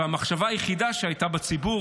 והמחשבה היחידה שהייתה בציבור,